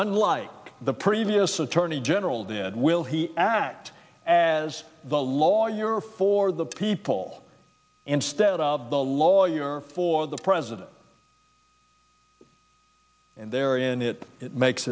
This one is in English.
unlike the previous attorney general did will he act as the lawyer for the people instead of the lawyer for the president and there and it makes